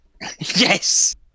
Yes